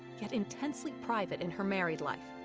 yet intensely private in her married life.